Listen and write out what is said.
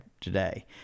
today